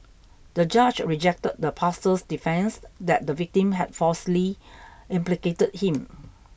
the judge rejected the pastor's defence that the victim had falsely implicated him